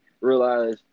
realize